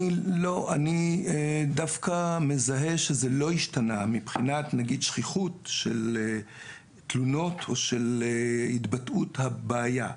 אני דווקא מזהה שזה לא השתנה מבחינת שכיחות התלונות או התבטאות הבעיה.